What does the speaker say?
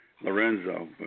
Lorenzo